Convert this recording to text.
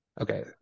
Okay